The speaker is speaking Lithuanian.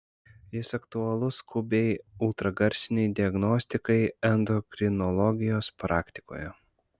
jis aktualus skubiai ultragarsinei diagnostikai endokrinologijos praktikoje